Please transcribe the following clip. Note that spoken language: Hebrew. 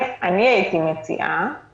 אני שומע בקשב רב.